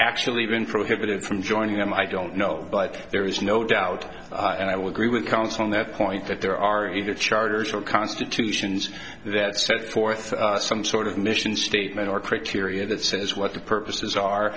actually been prohibited from joining them i don't know but there is no doubt and i will agree with council on that point that there are either charters or constitutions that set forth some sort of mission statement or criteria that says what the purpose